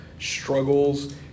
struggles